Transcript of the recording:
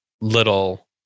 little